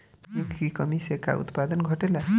Zinc की कमी से का उत्पादन घटेला?